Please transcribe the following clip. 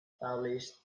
established